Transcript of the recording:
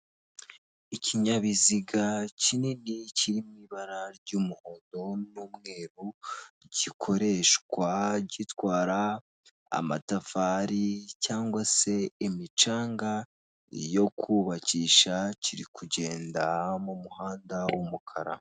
Ikinyabiziga kinini kiri mu ibara ry'umuhondo n'umweru gikoreshwa gitwara amatafari cg se imicanga yo kubakisha, kiri kugenda mu muhanda w'umukara.